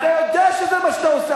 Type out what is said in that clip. אתה יודע שזה מה שאתה עושה.